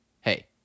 Hey